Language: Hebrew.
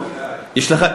ודאי.